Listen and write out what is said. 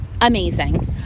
amazing